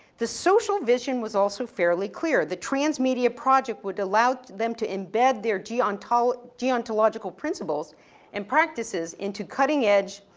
the social vision was also fairly clear, the trans-media project would allow them to embed their geontol, geontological principles and practices into cutting edge,